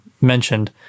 mentioned